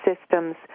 systems